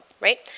Right